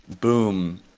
Boom